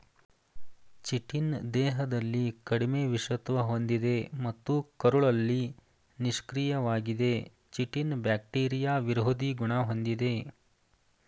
chitin ದೇಹದಲ್ಲಿ ಕಡಿಮೆ ವಿಷತ್ವ ಹೊಂದಿದೆ ಮತ್ತು ಕರುಳಲ್ಲಿ ನಿಷ್ಕ್ರಿಯವಾಗಿದೆ ಚಿಟಿನ್ ಬ್ಯಾಕ್ಟೀರಿಯಾ ವಿರೋಧಿ ಗುಣ ಹೊಂದಿದೆ